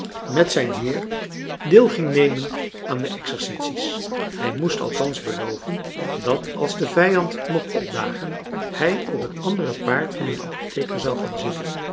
en kennissen deel ging nemen aan de exercities hij moest althans beloven dat als de vijand mocht opdagen hij op het andere paard van den apotheker zou gaan zitten